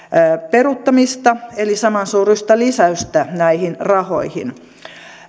peruuttamista eli samansuuruista lisäystä näihin rahoihin